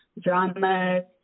dramas